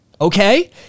Okay